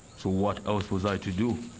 so what else was i to do,